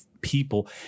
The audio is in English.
people